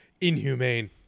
inhumane